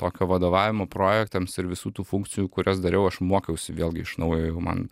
tokio vadovavimo projektams ir visų tų funkcijų kurias dariau aš mokiausi vėlgi iš naujo jeigu man